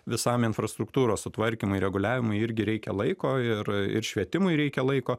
visam infrastruktūros sutvarkymui reguliavimui irgi reikia laiko ir ir švietimui reikia laiko